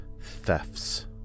thefts